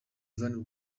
van